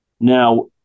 Now